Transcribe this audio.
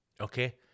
Okay